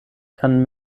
kann